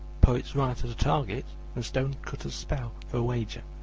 poets write at a target and stone-cutters spell for a wager.